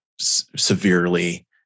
severely